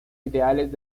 ideales